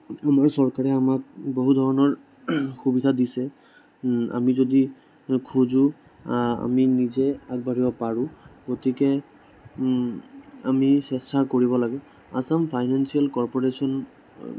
আমাৰ চৰকাৰে আমাক বহু ধৰণৰ সুবিধা দিছে আমি যদি খোজোঁ আমি নিজে আগবাঢ়িব পাৰোঁ গতিকে আমি চেষ্টা কৰিব লাগে আছাম ফাইনেঞ্চিয়েল কৰ্পৰেশ্যন